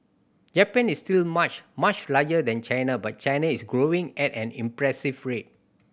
Japan is still much much larger than China but China is growing at an impressive rate